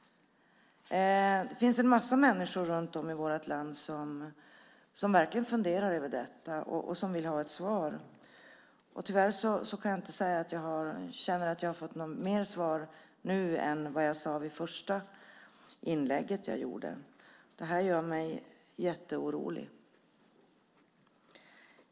Det finns många människor i vårt land som verkligen funderar över detta och som vill ha svar. Tyvärr kan jag inte säga att jag har fått mer svar nu än vad jag framförde i mitt första inlägg. Det här gör mig orolig.